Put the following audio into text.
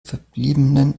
verbliebenen